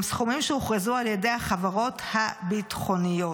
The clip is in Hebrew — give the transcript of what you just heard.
סכומים שהוכרזו על ידי החברות הביטחוניות,